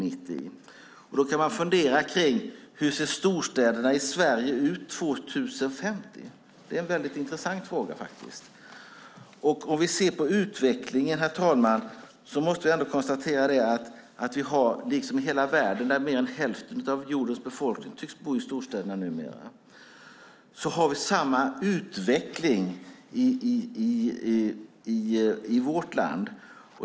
Jag funderade kring: Hur ser storstäderna ut år 2050? Det är en väldigt intressant fråga. Om vi ser på utvecklingen måste vi ändå konstatera att numera tycks mer än hälften av hela jordens befolkning bo i storstäderna. Vi har samma utveckling i vårt land.